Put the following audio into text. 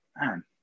man